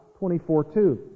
24.2